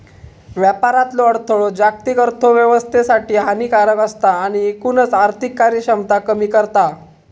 व्यापारातलो अडथळो जागतिक अर्थोव्यवस्थेसाठी हानिकारक असता आणि एकूणच आर्थिक कार्यक्षमता कमी करता